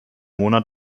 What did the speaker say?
monat